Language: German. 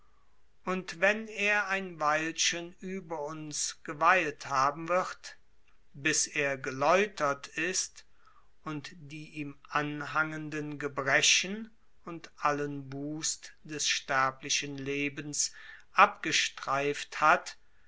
und wenn er ein weilchen über uns geweilt haben wird bis er geläutert ist und die ihm anhangenden gebrechen und allen wust des sterblichen lebens abgestreift hat